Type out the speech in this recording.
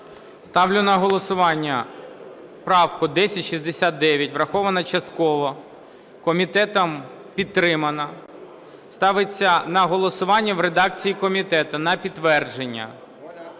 Ставлю на голосування правку 1069. Врахована частково. Комітетом підтримана. Ставиться на голосування в редакції комітету на підтвердження,